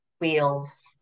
wheels